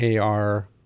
AR